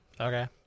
Okay